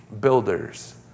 builders